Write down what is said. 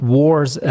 wars